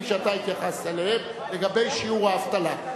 שאתה התייחסת אליהם לגבי שיעור האבטלה.